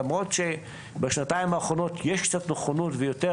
למרות שבשנתיים האחרונות יש קצת נכונות ויותר